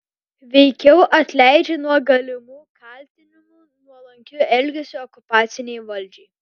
veikiau atleidžia nuo galimų kaltinimų nuolankiu elgesiu okupacinei valdžiai